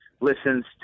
listens